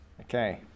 Okay